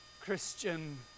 Christian